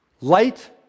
light